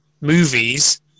movies